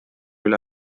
üle